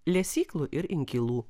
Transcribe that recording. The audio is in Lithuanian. lesyklų ir inkilų